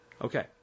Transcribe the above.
Okay